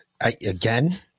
again